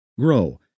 Grow